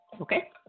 okay